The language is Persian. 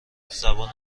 زبان